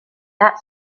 that